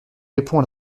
répond